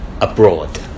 abroad